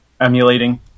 emulating